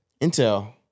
intel